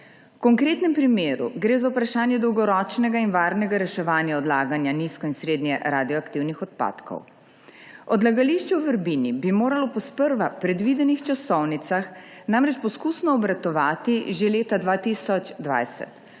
konkretnem primeru gre za vprašanje dolgoročnega in varnega reševanja odlaganja nizko- in srednjeradioaktivnih odpadkov. Odlagališče v Vrbini bi moralo po sprva predvidenih časovnicah poskusno obratovati že leta 2020,